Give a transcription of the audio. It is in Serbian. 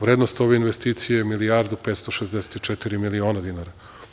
Vrednost ove investicije je milijardu i 564 miliona dinara.